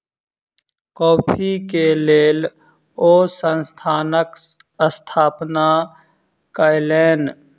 coffee के लेल ओ संस्थानक स्थापना कयलैन